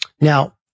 Now